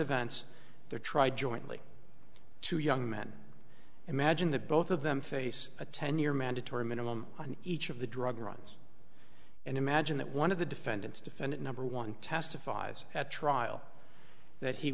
events they're tried jointly two young men imagine that both of them face a ten year mandatory minimum on each of the drug runs and imagine that one of the defendants defendant number one testifies at trial that he